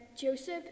Joseph